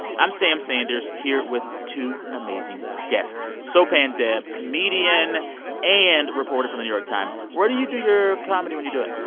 i'm sam sanders, here with two amazing guests sopan deb, comedian and reporter for the new york times. where do you do your comedy when you do it?